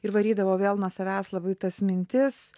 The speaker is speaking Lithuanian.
ir varydavau vėl nuo savęs labai tas mintis